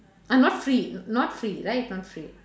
ah not free not free right not free